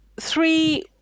three